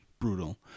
brutal